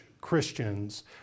christians